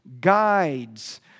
guides